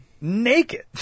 naked